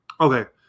Okay